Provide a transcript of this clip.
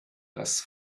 das